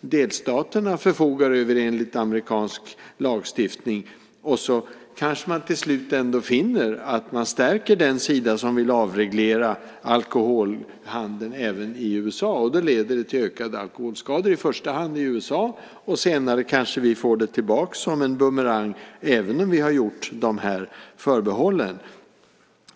delstaterna egentligen förfogar över enligt amerikansk lagstiftning. Till slut kanske man ändå finner att man stärker den sida som vill avreglera alkoholhandeln även i USA. Det leder till ökade alkoholskador, i första hand i USA. Senare kanske vi får det tillbaka som en bumerang även om vi har gjort de här förbehållen.